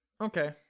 Okay